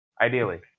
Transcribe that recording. Ideally